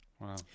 Wow